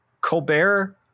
Colbert